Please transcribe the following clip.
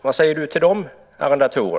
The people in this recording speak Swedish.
Vad säger du till dessa arrendatorer?